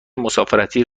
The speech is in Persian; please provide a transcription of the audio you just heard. مسافرتی